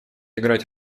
играть